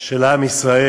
של עם ישראל,